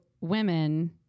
women